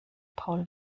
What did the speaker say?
paul